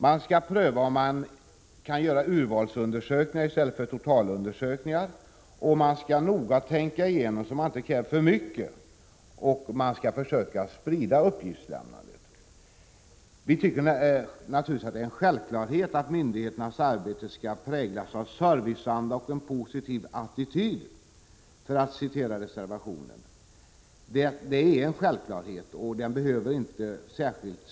Man skall pröva om man kan göra urvalsundersökningar i stället för totalundersökningar, och man skall noga tänka igenom så att man inte kräver för mycket. Man skall vidare försöka sprida uppgiftslämnandet. Vi tycker naturligtvis att det är en självklarhet att myndigheternas arbete skall ”präglas av serviceanda och en positiv attityd”, som det står i reservationen. Det är en självklarhet som inte särskilt behöver understrykas.